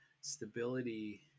stability